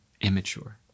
immature